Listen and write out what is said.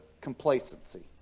complacency